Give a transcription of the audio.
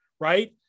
right